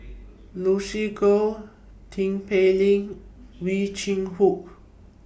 Lucy Koh Tin Pei Ling Ow Chin Hock